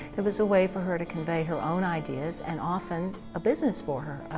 it was a way for her to convey her own ideas and often a business for her,